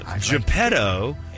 Geppetto